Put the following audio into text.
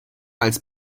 als